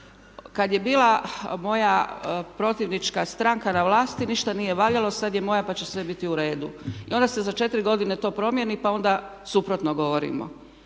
Kad je bila moja protivnička stranka na vlasti ništa nije valjalo, sad je moja, pa će sve biti u redu. I onda se za četiri godine to promijeni, pa onda suprotno govorimo.